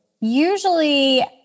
Usually